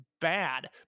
bad